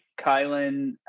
kylan